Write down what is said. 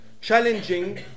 challenging